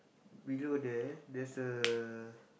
below there there's a